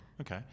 Okay